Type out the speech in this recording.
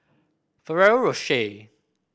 Ferrero Rocher